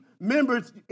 members